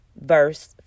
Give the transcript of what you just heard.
verse